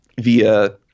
via